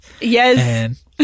Yes